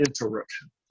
interruption